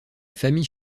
famille